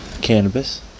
Cannabis